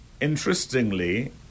Interestingly